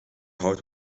hout